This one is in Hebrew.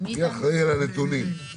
מי אחראי על הנתונים?